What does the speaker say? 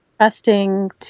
trusting